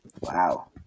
Wow